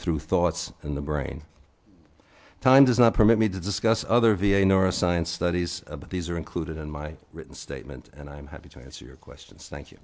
through thoughts in the brain time does not permit me to discuss other v a neuro science studies of these are included in my written statement and i'm happy to answer your questions thank you